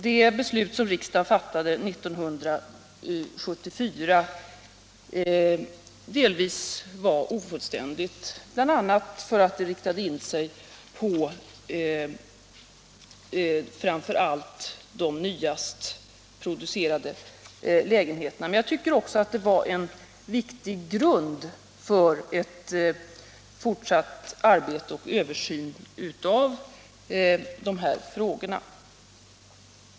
Det beslut som riksdagen fattade 1974 var delvis ofullständigt, bl.a. för att det riktade in sig framför allt på de senast producerade lägenheterna. Det var också en viktig grund för ett fortsatt arbete och en fortsatt översyn av de här frågorna.